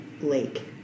lake